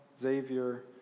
Xavier